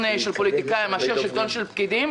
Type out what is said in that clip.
של פוליטיקאים מאשר שלטון של פקידים,